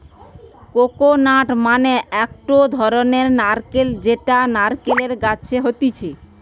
coconut মানে একটো ধরণের নারকেল যেটা নারকেল গাছে হতিছে